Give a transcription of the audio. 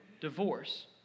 divorce